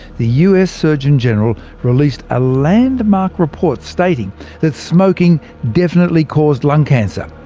the us surgeon general released a landmark report stating that smoking definitely caused lung cancer.